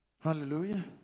Hallelujah